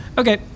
Okay